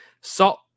Salt